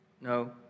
No